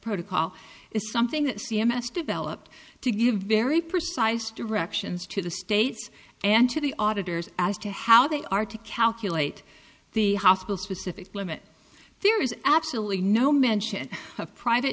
protocol is something that c m s developed to give very precise directions to the states and to the auditors as to how they are to calculate the hospital specific limit fear is absolutely no mention of private